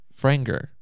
Franger